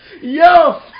Yo